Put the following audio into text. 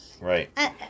Right